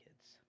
kids